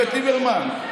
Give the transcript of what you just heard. איווט ליברמן,